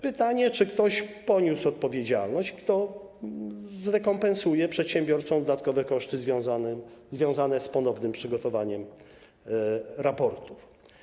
Pytanie, czy ktoś poniósł odpowiedzialność i kto zrekompensuje przedsiębiorcom dodatkowe koszty związane z ponownym przygotowaniem raportów.